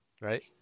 right